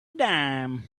dime